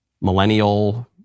millennial